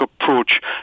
approach